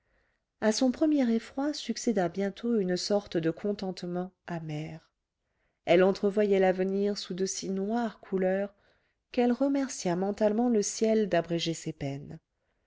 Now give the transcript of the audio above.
à son premier effroi succéda bientôt une sorte de contentement amer elle entrevoyait l'avenir sous de si noires couleurs qu'elle remercia mentalement le ciel d'abréger ses peines